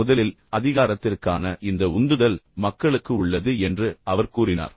முதலில் அதிகாரத்திற்கான இந்த உந்துதல் மக்களுக்கு உள்ளது என்று அவர் கூறினார்